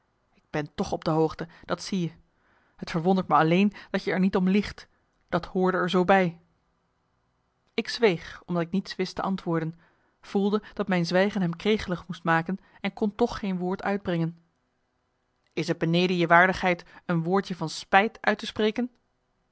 ik ben toch op de hoogte dat zie je het verwondert me alleen dat je er niet om liegt dat hoorde er zoo bij ik zweeg omdat ik niets wist te antwoorden voelde dat mijn zwijgen hem kregelig moest maken en kon toch geen woord uitbrengen is t beneden je waardigheid een woordje van spijt uit te spreken